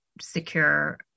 secure